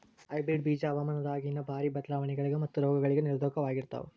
hybrid ಬೀಜ ಹವಾಮಾನದಾಗಿನ ಭಾರಿ ಬದಲಾವಣೆಗಳಿಗ ಮತ್ತು ರೋಗಗಳಿಗ ನಿರೋಧಕವಾಗಿರುತ್ತವ